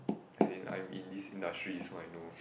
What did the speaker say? as in I'm in this industry so I know